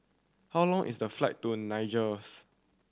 how long is the flight to Niger